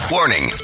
Warning